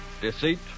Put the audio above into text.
Deceit